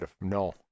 No